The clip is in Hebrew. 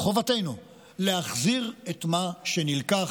חובתנו להחזיר את מה שנלקח,